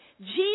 Jesus